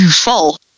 full